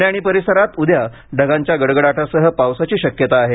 पुणे आणि परिसरात उद्या ढगांच्या गडगडाटासह पावसाची शक्यता आहे